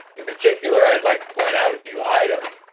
in particular, i would like to point out a few items.